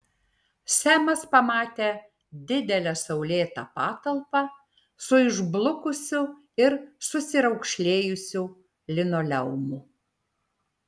semas pamatė didelę saulėtą patalpą su išblukusiu ir susiraukšlėjusiu linoleumu